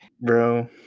bro